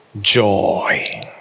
joy